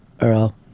Earl